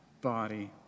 body